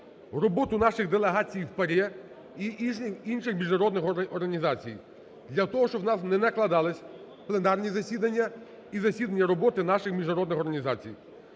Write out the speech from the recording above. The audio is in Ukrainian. роботу наших делегацій в ПАРЄ і інших міжнародних організацій для того, щоб у нас не накладались пленарні засіданні і засідання роботи наших міжнародних організацій.